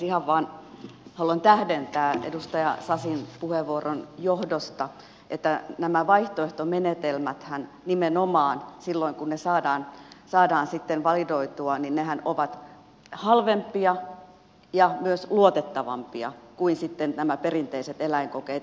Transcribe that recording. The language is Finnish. ihan vain haluan tähdentää edustaja sasin puheenvuoron johdosta että nämä vaihtoehtomenetelmäthän nimenomaan silloin kun ne saadaan validoitua ovat halvempia ja myös luotettavampia kuin nämä perinteiset eläinkokeet